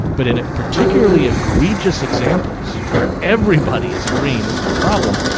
but in particularly egregious examples where everybody is agreeing this is a problem,